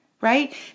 right